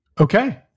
Okay